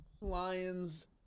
Lions